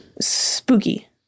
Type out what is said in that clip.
spooky